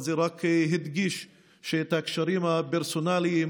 זה רק הדגיש שהקשרים הפרסונליים,